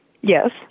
Yes